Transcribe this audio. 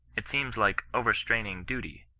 it seems like overstraining duty.